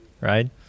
right